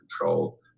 control